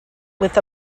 with